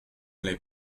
l’ai